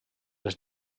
les